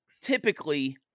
typically